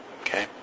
Okay